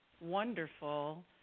wonderful